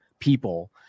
people